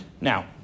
Now